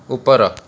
ଉପର